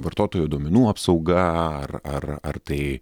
vartotojo duomenų apsauga ar ar ar tai